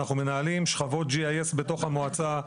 אנחנו מנהלים שכבות GIS בתוך המועצה,